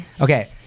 Okay